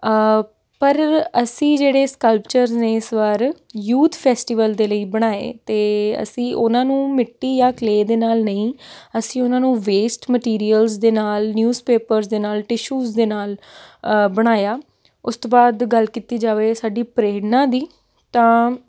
ਪਰ ਅਸੀਂ ਜਿਹੜੇ ਸਕਲਪਚਰਸ ਨੇ ਇਸ ਵਾਰ ਯੂਥ ਫੈਸਟੀਵਲ ਦੇ ਲਈ ਬਣਾਏ ਅਤੇ ਅਸੀਂ ਉਹਨਾਂ ਨੂੰ ਮਿੱਟੀ ਜਾਂ ਕਲੇਅ ਦੇ ਨਾਲ ਨਹੀਂ ਅਸੀਂ ਉਹਨਾਂ ਨੂੰ ਵੇਸਟ ਮਟੀਰੀਅਲਸ ਦੇ ਨਾਲ ਨਿਊਜ਼ ਪੇਪਰਸ ਦੇ ਨਾਲ ਟਿਸ਼ੂਸ਼ ਦੇ ਨਾਲ ਬਣਾਇਆ ਉਸ ਤੋਂ ਬਾਅਦ ਗੱਲ ਕੀਤੀ ਜਾਵੇ ਸਾਡੀ ਪ੍ਰੇਰਨਾ ਦੀ ਤਾਂ